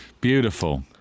beautiful